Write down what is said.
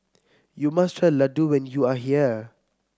you must try Ladoo when you are here